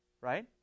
right